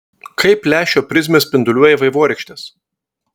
kaip lęšio prizmės spinduliuoja vaivorykštes